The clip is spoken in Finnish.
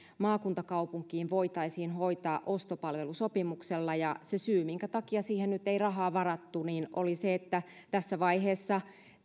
maakuntakaupunkiin voitaisiin hoitaa ostopalvelusopimuksella ja se syy minkä takia siihen nyt ei rahaa varattu oli se että tässä vaiheessa